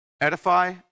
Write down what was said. Edify